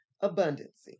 abundance